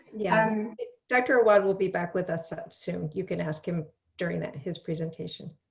yeah um dr. awad will be back with us ah soon. you can ask him during that his presentation.